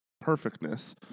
perfectness